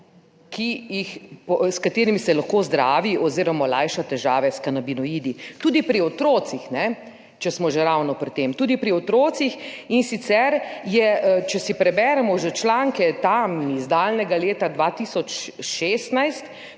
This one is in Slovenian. s katerimi se lahko zdravi oziroma lajša težave s kanabinoidi, tudi pri otrocih, če smo že ravno pri tem, tudi pri otrocih. In sicer je, če si preberemo že članke, tam iz daljnega leta 2016,